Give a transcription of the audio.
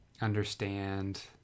understand